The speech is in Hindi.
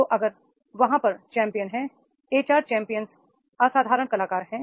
तो अगर वहां पर चैंपियन हैं एचआर चैंपियन असाधारण कलाकार हैं